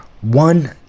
one